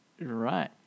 Right